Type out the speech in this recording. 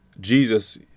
Jesus